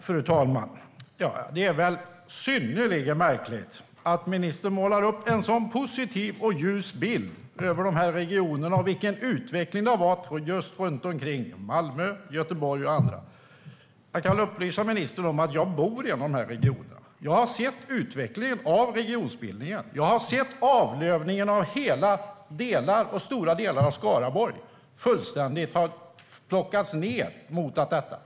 Fru talman! Det är synnerligen märkligt att ministern målar upp en så positiv och ljus bild av regionerna och den utveckling som har varit runt Malmö och Göteborg och på andra ställen. Jag kan upplysa ministern om att jag bor i en av dessa regioner. Jag har sett utvecklingen av regionbildningen. Jag har sett avlövningen av stora delar av Skaraborg. Det har fullständigt plockats ned.